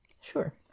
Sure